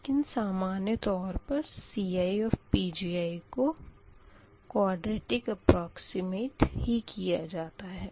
लेकिन सामान्य तौर पर CiPgi की कुआडरेटिक अप्परोकसिमेशन ही ली जाएगी